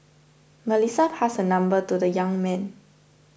Melissa passed her number to the young man